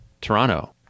Toronto